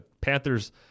panthers